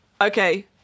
okay